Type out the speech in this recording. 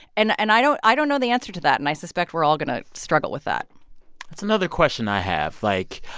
and and i don't i don't know the answer to that, and i suspect we're all going to struggle with that that's another question i have. like,